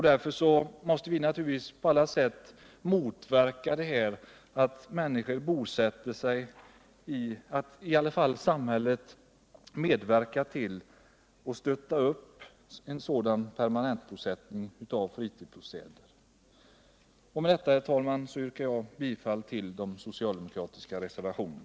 Därför får energistöd inte ges i sådana former att samhället stöttar upp permanentbosättning i fritidsbostäder.